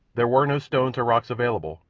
there were no stones or rocks available,